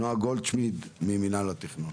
נועה גולדשמיט ממנהל התכנון.